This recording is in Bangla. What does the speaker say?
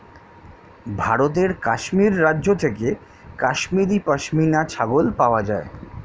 ভারতের কাশ্মীর রাজ্য থেকে কাশ্মীরি পশমিনা ছাগল পাওয়া যায়